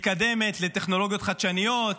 מתקדמת לטכנולוגיות חדשניות,